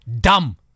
Dumb